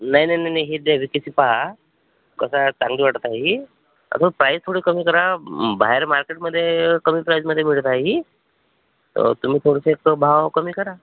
नाही नाही नाही नाही हीच द्या वी के सी पहा कसं आहे चांगली वाटत आहे ही अजून प्राइस थोडी कमी करा बाहेर मार्केटमध्ये कमी प्राइसमध्ये मिळत आहे ही तुम्ही थोडंसं ह्याचा भाव कमी करा